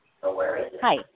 Hi